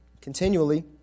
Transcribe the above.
continually